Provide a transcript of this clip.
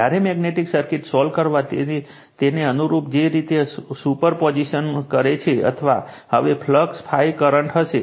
જ્યારે magnetic circuit solve કરવા તે જ રીતે અનુસરશે જે રીતે સુઉપર પોઝિશન કરે છે અથવા હવે ∅ કરન્ટ કરશે